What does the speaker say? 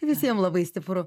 visiem labai stipru